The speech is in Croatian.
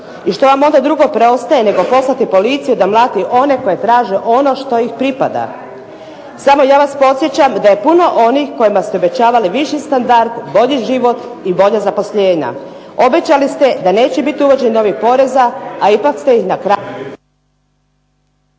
I što vam onda drugo preostaje nego poslati policiju da mlati one koji traže ono što ih pripada. Samo ja vas podsjećam da je puno onih kojima ste obećavali viši standard, bolji život i bolja zaposlenja. Obećali ste da neće biti uvođenja novih poreza, a ipak ste ih na kraju